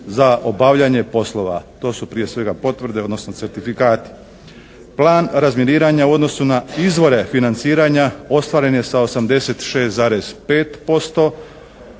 za obavljanje poslova. To su prije svega potvrde odnosno certifikati. Plan razminiranja u odnosu na izvore financiranja ostvaren je sa 86,5%.